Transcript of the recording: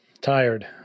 tired